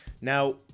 Now